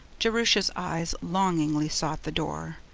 jerusha's eyes longingly sought the door.